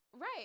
Right